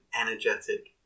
energetic